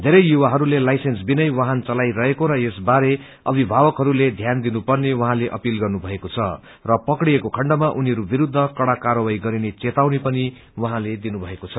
बेरै युवाहरूले लाइन्सेस विनै वाहन चलाईरहेका र यसबारे अभिमवकहरूले ध्यानदिनुपर्ने उहाँले अपील गर्नभएको छ र पकड़िएको खण्डमा उनीहरू विरूद्ध कड़ा कार्यवाही गरिने चेतावनी पनि उहाँले दिनुभएको छ